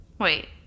Wait